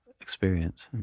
experience